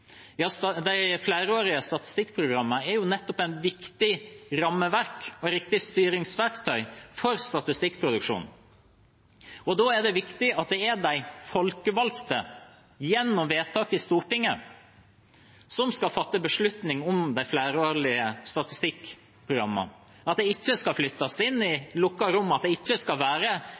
De flerårige statistikkprogrammene er nettopp et viktig rammeverk og riktig styringsverktøy for statistikkproduksjonen. Da er det viktig at det er de folkevalgte, gjennom vedtak i Stortinget, som skal fatte beslutning om de flerårige statistikkprogrammene, at det ikke skal flyttes inn i lukkede rom, at det ikke skal være